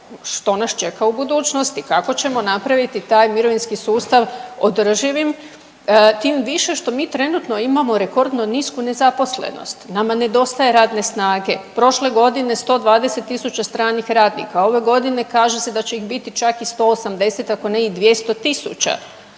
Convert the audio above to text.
što nas čeka u budućnosti. Kako ćemo napraviti taj mirovinski sustav održivim tim više što mi trenutno imamo rekordno nisku nezaposlenost? Nama nedostaje radne snage. Prošle godine 120 tisuća stranih radnika. Ove godine kaže se da će ih biti čak i 180 ako ne i 200